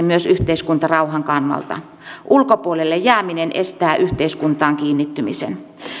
myös yhteiskuntarauhan kannalta ulkopuolelle jääminen estää yhteiskuntaan kiinnittymisen